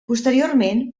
posteriorment